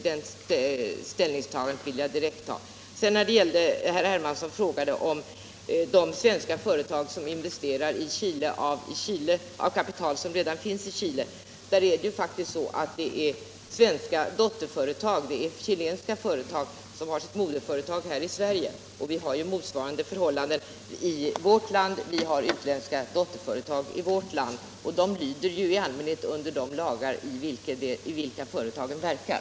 Herr Hermansson talade om de svenska företag som investerar i Chile av kapital som redan finns i landet. Det gäller då chilenska företag som har sitt moderföretag här i Sverige. Vi har utländska dotterföretag även här, och dessa lyder i allmänhet under de lagar som råder här.